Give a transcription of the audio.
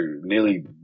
nearly